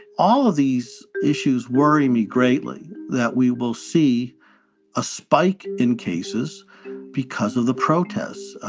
all of these issues worry me greatly that we will see a spike in cases because of the protests.